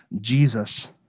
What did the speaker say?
Jesus